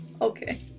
Okay